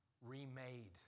remade